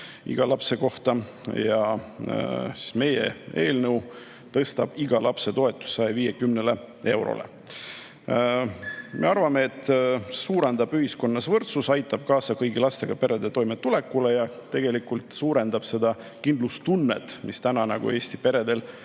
lapse kohta 100 eurot. Meie eelnõu tõstab iga lapse toetuse 150 euroni. Me arvame, et see suurendab ühiskonnas võrdsust, aitab kaasa kõigi lastega perede toimetulekule ja suurendab kindlustunnet, mis täna Eesti peredel